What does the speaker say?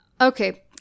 Okay